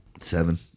Seven